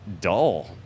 dull